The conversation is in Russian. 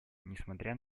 несмотря